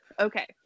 Okay